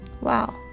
Wow